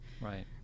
Right